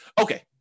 Okay